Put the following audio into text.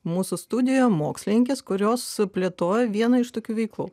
mūsų studijoj mokslininkės kurios plėtoja vieną iš tokių veiklų